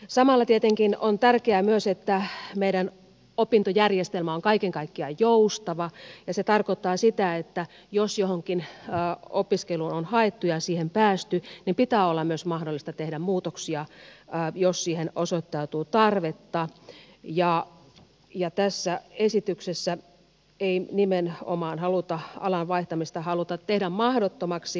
samalla tietenkin on tärkeää myös että meidän opintojärjestelmämme on kaiken kaikkiaan joustava ja se tarkoittaa sitä että jos johonkin opiskeluun on haettu ja siihen päästy niin pitää olla myös mahdollista tehdä muutoksia jos siihen osoittautuu tarvetta ja tässä esityksessä ei nimenomaan alan vaihtamista haluta tehdä mahdottomaksi